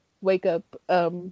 wake-up